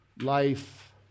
Life